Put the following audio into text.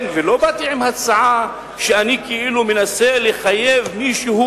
ולא באתי עם הצעה שאני כאילו מנסה לחייב מישהו